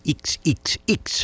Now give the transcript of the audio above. xxx